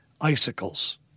icicles